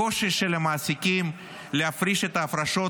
הקושי של המעסיקים להפריש את ההפרשות